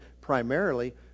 primarily